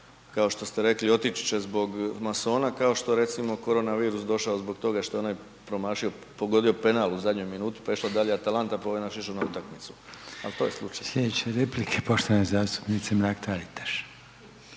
kao što ste rekli, otići će zbog masona kao što recimo, koronavirus došao zbog toga što je onaj promašio, pogodio penal u zadnjoj minuti pa je išla dalje Atalanta pa ovaj naš išao na utakmicu. Ali to je slučajno. **Reiner, Željko (HDZ)** Sljedeća replika je poštovane zastupnice Mrak-Taritaš.